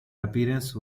appearance